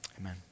Amen